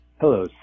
Hello